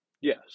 Yes